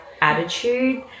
attitude